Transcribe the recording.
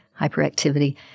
hyperactivity